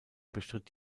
bestritt